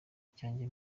cyanjye